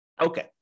Okay